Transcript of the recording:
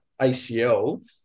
ACL